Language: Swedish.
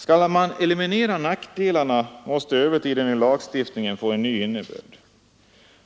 Skall man eliminera nackdelarna måste övertiden i lagstiftningen få en ny innebörd.